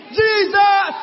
jesus